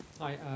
Hi